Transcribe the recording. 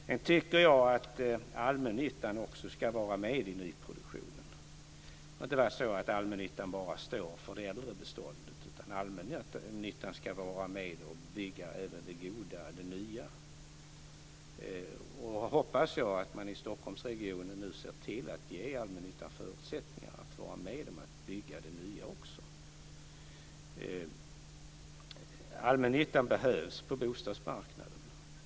Sedan tycker jag att allmännyttan också ska vara med i nyproduktionen. Det ska inte vara så att allmännyttan bara står för det äldre beståndet, utan allmännyttan ska vara med om att bygga även det goda, det nya. Jag hoppas att man i Stockholmsregionen nu ser till att ge allmännyttan förutsättningar att vara med om att bygga det nya också. Allmännyttan behövs på bostadsmarknaden.